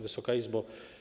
Wysoka Izbo!